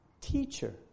Teacher